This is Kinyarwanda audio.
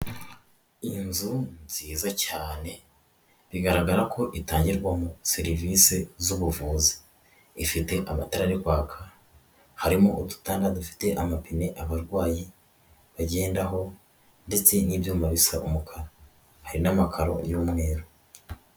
Iyi nzu nziza cyane bigaragara ko itangirwamo serivisi z'ubuvuzi ifite amatara yo kwaka harimo udutanda dufite amapine abarwayi bagendaho ndetse n'ibyumba bisa umukara hari n'amakaro y'umweru.